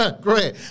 great